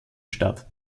statt